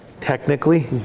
Technically